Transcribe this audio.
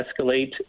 escalate